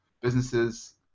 businesses